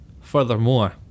Furthermore